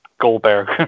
Goldberg